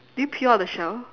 did you peel out the shell